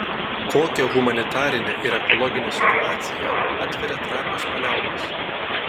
kokią humanitarinę ir ekologinę situaciją atveria trapios paliaubos